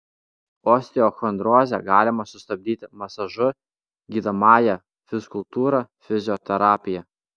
osteochondrozę galima sustabdyti masažu gydomąja fizkultūra fizioterapija